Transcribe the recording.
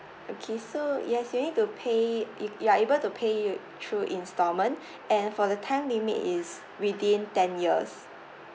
okay so yes you need to pay y~ you are able to pay you through installment and for the time limit is within ten years